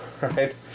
Right